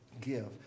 give